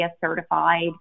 certified